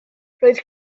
roedd